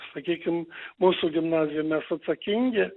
sakykim mūsų gimnazijoj mes atsakingi